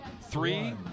Three